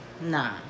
nah